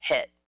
hit